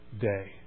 day